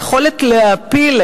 היכולת להעפיל,